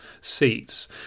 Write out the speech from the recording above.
seats